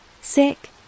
sick